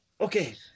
Okay